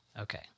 Okay